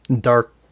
dark